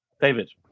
David